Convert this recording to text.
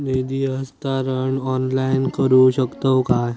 निधी हस्तांतरण ऑनलाइन करू शकतव काय?